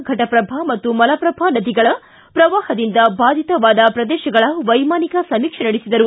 ಘಟಪ್ರಭಾ ಮತ್ತು ಮಲಪ್ರಭಾ ನದಿಗಳ ಪ್ರವಾಹದಿಂದ ಬಾಧಿತವಾದ ಪ್ರದೇಶಗಳ ವೈಮಾನಿಕ ಸಮೀಕ್ಷೆ ನಡೆಸಿದರು